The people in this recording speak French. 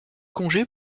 congé